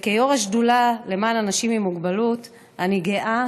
וכיו"ר השדולה למען אנשים עם מוגבלות אני גאה